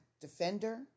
defender